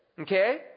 okay